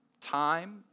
time